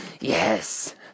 Yes